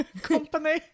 Company